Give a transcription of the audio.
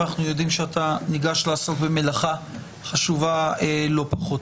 ואנחנו יודעים שאתה ניגש לעשות במלאכה חשובה לא פחות.